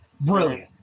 Brilliant